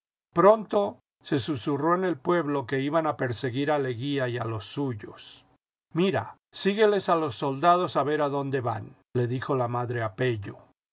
pronto se susurró en el pueblo que iban a perseguir a leguía y a los suyos mira sigúeles a los soldados a ver adonde van le dijo la madre